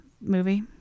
movie